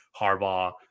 Harbaugh